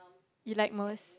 you like most